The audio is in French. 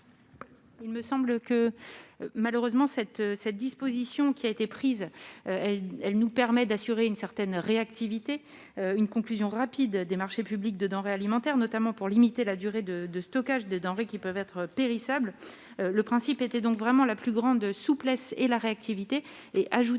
Il me semble que malheureusement cette cette disposition qui a été prise, elle nous permet d'assurer une certaine réactivité, une conclusion rapide des marchés publics de denrées alimentaires, notamment pour limiter la durée de de stockage des denrées qui peuvent être périssable, le principe était donc vraiment la plus grande souplesse et la réactivité et ajouter